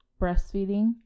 breastfeeding